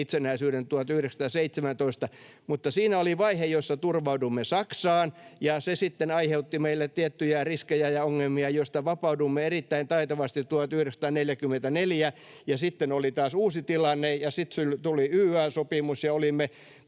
itsenäisyyden 1917. Siinä oli vaihe, jossa turvauduimme Saksaan, ja se sitten aiheutti meille tiettyjä riskejä ja ongelmia, joista vapauduimme erittäin taitavasti 1944, ja sitten oli taas uusi tilanne ja tuli YYA-sopimus ja olimme